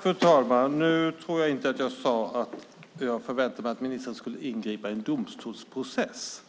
Fru talman! Nu tror jag inte att jag sade att jag förväntar mig att ministern skulle ingripa i en domstolsprocess,